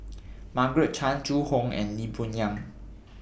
Margaret Chan Zhu Hong and Lee Boon Yang